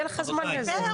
יהיה לך זמן לזה.